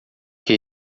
que